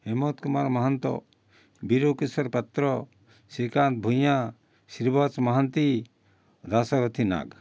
Hemant Kumar Mahanta Birakishore Patra Srikanta Bhuyan Sribasa Mohanty Dasarathi Nag